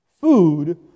food